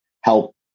help